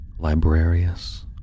librarius